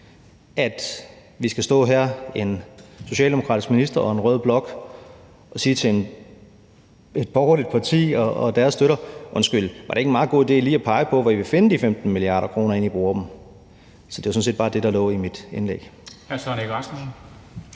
at vi skal stå her, en socialdemokratisk minister og en rød blok, og sige til et borgerligt parti og deres støtter: Undskyld, var det ikke en meget god idé lige at pege på, hvor I vil finde de 15 mia. kr., inden I bruger dem? Så det var sådan set bare det, der lå i mit indlæg. Kl. 10:50 Formanden